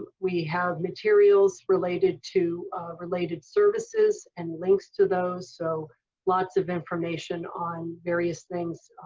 ah we have materials related to related services and links to those. so lots of information on various things,